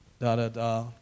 Da-da-da